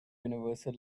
universal